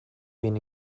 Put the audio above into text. been